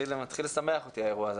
מתחיל לשמח אותי האירוע הזה.